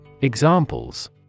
Examples